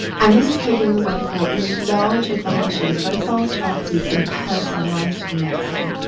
and this is paving the way for large advances, very fast advances in personalized medicine.